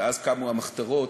ואז קמו המחתרות